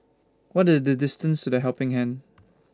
What IS The distance to The Helping Hand